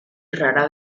rara